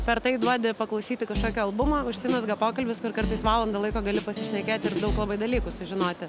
per tai duodi paklausyti kažkokį albumą užsimezga pokalbis kur kartais valandą laiko gali pasišnekėti ir daug labai dalykų sužinoti